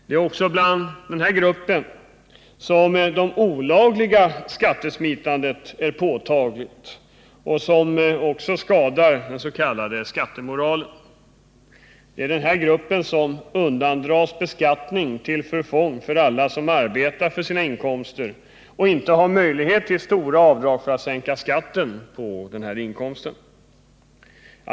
Det är också inom denna grupp som det olagliga skattesmitandet är påtagligt, vilket skadar den s.k. skattemoralen. Det är denna grupp som undandras beskattning till förfång för alla som arbetar för sina inkomster och inte har möjlighet till stora avdrag för att sänka skatten på sin inkomst.